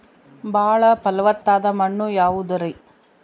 ಬಾಳ ಫಲವತ್ತಾದ ಮಣ್ಣು ಯಾವುದರಿ?